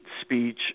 speech